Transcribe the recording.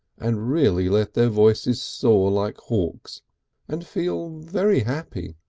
and really let their voices soar like hawks and feel very happy.